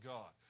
God